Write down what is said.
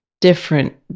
different